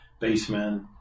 basement